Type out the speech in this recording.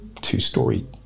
two-story